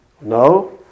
No